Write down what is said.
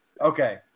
Okay